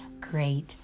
great